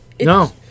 No